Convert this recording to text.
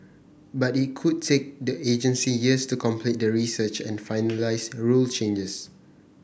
but it could take the agency years to complete the research and finalise rule changes